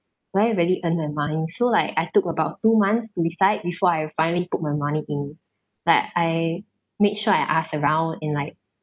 do I really earn the money so like I took about two months to decide before I finally put my money in but I made sure I asked around and like